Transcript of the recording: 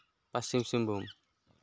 Paschim Singhbhum